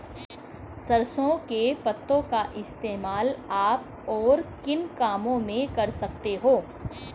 सरसों के पत्तों का इस्तेमाल आप और किन कामों में कर सकते हो?